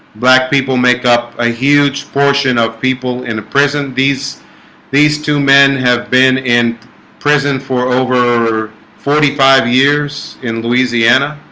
black people make up a huge portion of people into prison these these two men have been in prison for over forty five years in louisiana